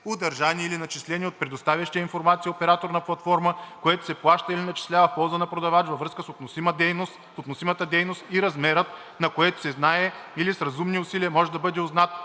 удържани или начислени от предоставящия информация оператор на платформа, което се плаща или начислява в полза на продавач във връзка с относимата дейност и размерът на което се знае или с разумни усилия може да бъде узнат